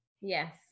Yes